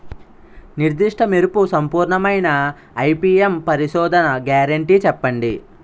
నిర్దిష్ట మెరుపు సంపూర్ణమైన ఐ.పీ.ఎం పరిశోధన గ్యారంటీ చెప్పండి?